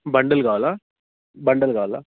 bundle కావాలా bundle కావాలా